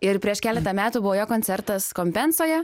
ir prieš keletą metų buvo jo koncertas kompensoje